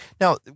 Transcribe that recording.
Now